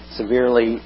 severely